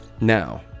Now